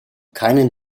keinen